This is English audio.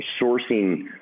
sourcing